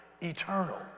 Eternal